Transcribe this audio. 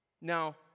Now